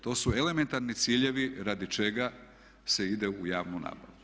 To su elementarni ciljevi radi čega se ide u javnu nabavu.